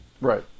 Right